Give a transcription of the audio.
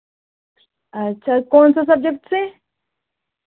अच्छा कौन सा सब्जेक्ट से